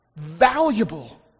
Valuable